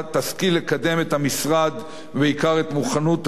לקדם את המשרד ובעיקר את מוכנות העורף,